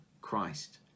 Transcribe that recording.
Christ